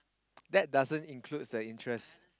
that doesn't includes the interest